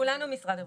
כולנו ממשרד הבריאות.